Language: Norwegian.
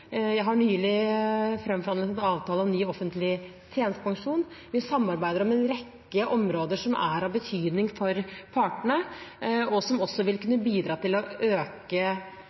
Jeg har nylig framforhandlet en avtale om ny offentlig tjenestepensjon. Vi samarbeider om en rekke områder som er av betydning for partene, og som også vil kunne bidra til å øke